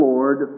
Lord